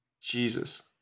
jesus